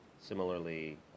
similarly